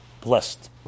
blessed